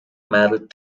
married